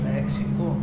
Mexico